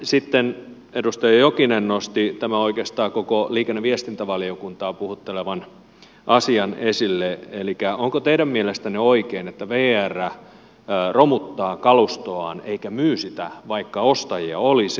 sitten edustaja jokinen nosti tämän oikeastaan koko liikenne ja viestintävaliokuntaa puhuttelevan asian esille eli onko teidän mielestänne oikein että vr romuttaa kalustoaan eikä myy sitä vaikka ostajia olisi